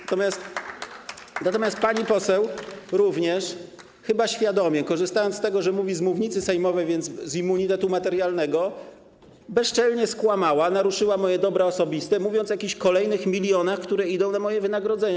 Natomiast pani poseł również, chyba świadomie, korzystając z tego, że mówi z mównicy sejmowej, więc z immunitetu materialnego, bezczelnie skłamała, naruszyła moje dobra osobiste, mówiąc o jakichś kolejnych milionach, które idą na moje wynagrodzenie.